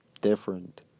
Different